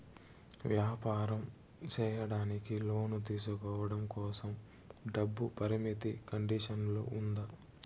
వ్యాపారం సేయడానికి లోను తీసుకోవడం కోసం, డబ్బు పరిమితి కండిషన్లు ఉందా?